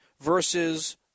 versus